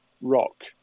rock